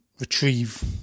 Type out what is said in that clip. retrieve